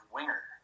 Winger